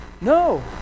No